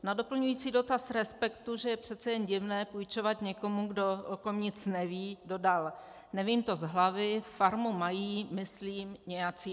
Na doplňující dotaz Respektu, že je přece jen divné půjčovat někomu, o kom nic neví, dodal: Nevím to z hlavy, farmu mají myslím nějací advokáti.